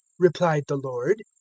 replied the lord,